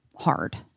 hard